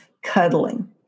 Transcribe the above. Cuddling